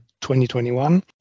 2021